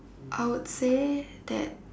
I would say that